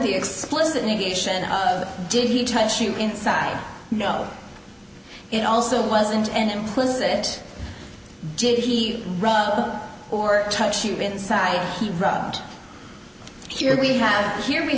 the explicit negotiation did he touch you inside no it also wasn't an implicit did he or touch you inside he rubbed here we have here we